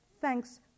Thanks